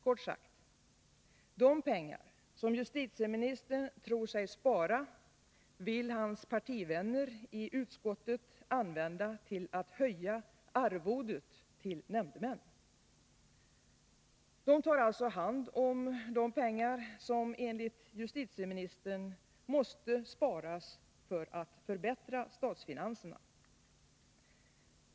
Kort sagt — de pengar som justitieministern tror sig spara vill hans partivänner i utskottet använda till att höja arvodet till nämndemän. De tar alltså hand om de pengar som enligt justitieministern måste sparas för att förbättra statsfinanserna.